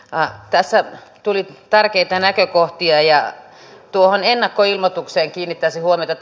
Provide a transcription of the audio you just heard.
tässä tuli tärkeitä näkökohtia ja tuohon ennakkoilmoitukseen kiinnittäisin huomiota